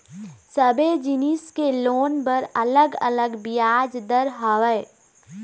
सबे जिनिस के लोन बर अलग अलग बियाज दर हवय